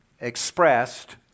expressed